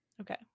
Okay